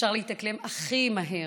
אפשר להתאקלם הכי מהר.